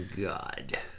god